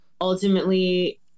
ultimately